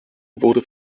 wurde